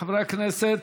חברי הכנסת,